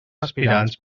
aspirants